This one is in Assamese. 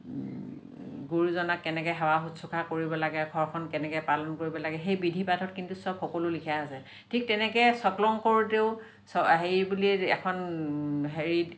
গুৰুজনাক কেনেকৈ সেৱা শুশ্ৰূষা কৰিব লাগে ঘৰখন কেনেকৈ পালন কৰিব লাগে সেই বিধি পাঠত কিন্তু চব সকলো লিখা আছে ঠিক তেনেকৈ চকলং কৰোতেও হেৰি বুলিয়ে এখন হেৰিত